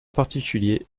particulier